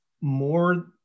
more